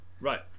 right